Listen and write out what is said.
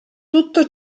tutto